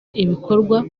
ibikorwa